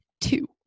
two